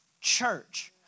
church